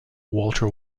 walter